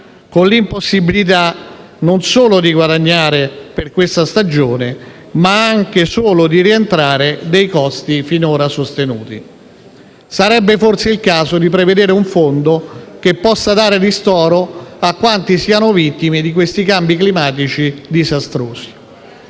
con l'impossibilità non solo di guadagnare per questa stagione, ma anche solo di rientrare dei costi finora sostenuti. Sarebbe forse il caso di prevedere un fondo che possa dare ristoro a quanti siano vittime di questi cambi climatici disastrosi.